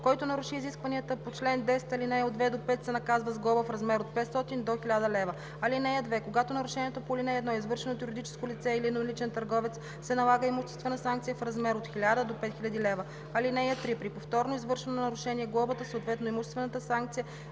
Който наруши изискванията по чл. 10, ал. 2 – 5, се наказва с глоба в размер от 500 до 1000 лв. (2) Когато нарушението по ал. 1 е извършено от юридическо лице или едноличен търговец, се налага имуществена санкция в размер от 1000 до 5000 лв. (3) При повторно извършено нарушение глобата, съответно имуществената санкция,